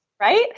right